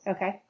Okay